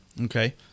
Okay